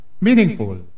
meaningful